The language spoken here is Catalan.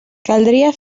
caldria